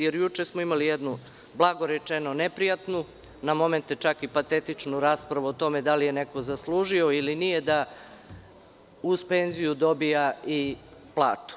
Juče smo imali jednu, blago rečeno, neprijatnu, na momente čak i patetičnu raspravu o tome da li je neko zaslužio ili nije da uz penziju dobija i platu.